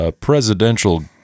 presidential